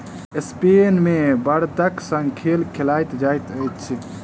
Spain मे बड़दक संग खेल खेलायल जाइत अछि